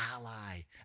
ally